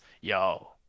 yo